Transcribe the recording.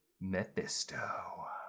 mephisto